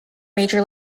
major